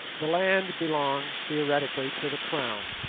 the land belongs theoretically to the crown,